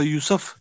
Yusuf